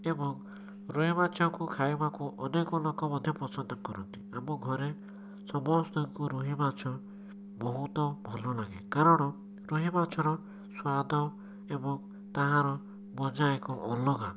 ଏବଂ ରୋହି ମାଛକୁ ଖାଇବାକୁ ଅନେକ ଲୋକ ମଧ୍ୟ ପସନ୍ଦ କରନ୍ତି ଆମ ଘରେ ସମସ୍ତଙ୍କୁ ରୋହି ମାଛ ବହୁତ ଭଲ ଲାଗେ କାରଣ ରୋହି ମାଛର ସ୍ୱାଦ ଏବଂ ତାହାର ମଜା ଏକ ଅଲଗା